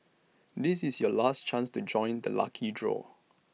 this is your last chance to join the lucky draw